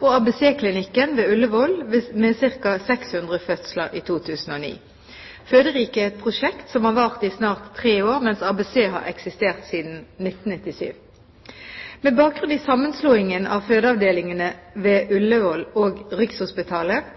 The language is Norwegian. og ABC-klinikken ved Ullevål med ca. 600 fødsler i 2009. Føderiket er et prosjekt som har vart i snart tre år, mens ABC har eksistert siden 1997. Med bakgrunn i sammenslåingen av fødeavdelingene ved Ullevål og Rikshospitalet